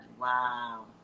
Wow